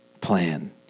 plan